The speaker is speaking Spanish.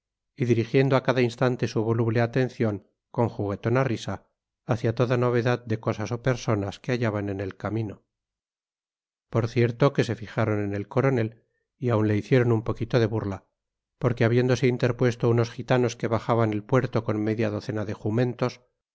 y dirigiendo a cada instante su voluble atención con juguetona risa hacia toda novedad de cosas o personas que hallaban en el camino por cierto que se fijaron en el coronel y aun le hicieron un poquito de burla porque habiéndose interpuesto unos gitanos que bajaban el puerto con media docena